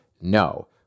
No